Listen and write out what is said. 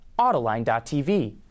autoline.tv